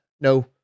no